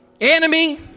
Enemy